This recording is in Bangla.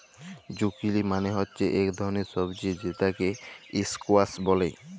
জুকিলি মালে হচ্যে ইক ধরলের সবজি যেটকে ইসকোয়াস ব্যলে